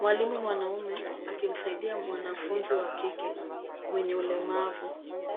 Mwalimu mwanamume akimsaidia mwanafunzi wa kike mwenye ulemavu